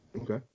Okay